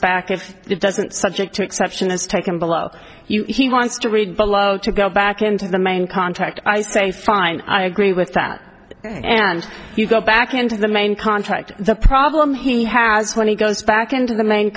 back if it doesn't subject to exception is taken below you he wants to read below to go back into the main contract i say fine i agree with that and you go back into the main contract the problem he has when he goes back into the main